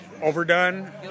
overdone